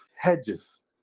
hedges